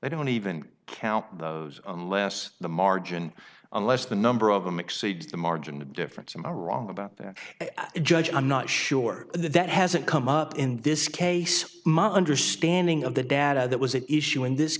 don't even count those unless the margin unless the number of them exceeds the margin of difference i'm wrong about that judge i'm not sure that that hasn't come up in this case my understanding of the data that was at issue in this